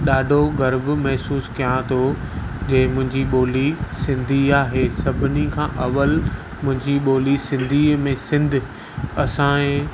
ॾाढो गर्व महसूसु कयां थो की मुंहिंजी ॿोली सिंधी आहे सभिनी खां अवलि मुंहिंजी ॿोली सिंधीअ में सिंधु असांजे